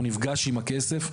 הוא נפגש עם הכסף,